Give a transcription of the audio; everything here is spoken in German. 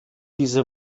diese